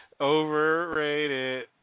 Overrated